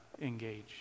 engage